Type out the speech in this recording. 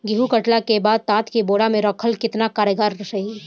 गेंहू कटला के बाद तात के बोरा मे राखल केतना कारगर रही?